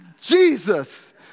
Jesus